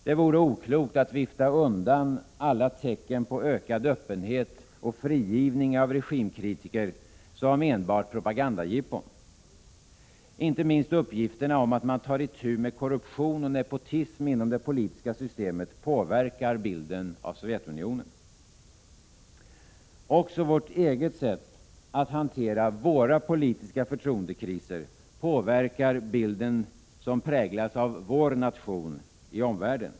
Det vore oklokt att vifta undan alla tecken på ökad öppenhet och frigivning av regimkritiker som enbart propagandjippon. Inte minst uppgifterna om att man tar itu med korruption och nepotism inom det politiska systemet påverkar bilden av Sovjetunionen. Också vårt eget sätt att hantera våra politiska förtroendekriser påverkar den bild som präglas av vår nation i omvärlden.